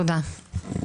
תודה.